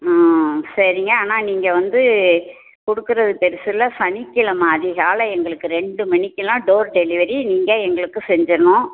ஆ சரிங்க ஆனால் நீங்கள் வந்து கொடுக்கறது பெரிசு இல்லை சனிக்கெழமை அதிகாலை எங்களுக்கு ரெண்டு மணிக்கெலாம் டோர் டெலிவரி நீங்கள் எங்களுக்கு செஞ்சிடணும்